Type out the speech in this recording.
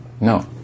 No